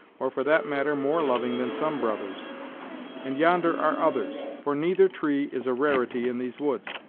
or, for that matter, more loving than some brothers and yonder are others, for neither tree is a rarity in these woods.